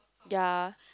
ya